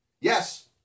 Yes